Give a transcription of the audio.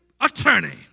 attorney